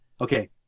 okay